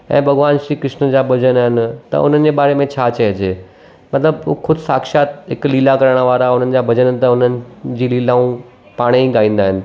ऐं भॻवान श्री कृष्ण जा भॼन आहिनि त उन्हनि जे बारे में छा चइजे मतिलबु ख़ुदि साक्षात हिकु लीला करणु वारा उन्हनि जा भॼनु त उन्हनि जी लीलाऊं पाणे ई ॻाईंदा आहिनि